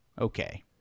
Okay